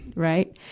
right.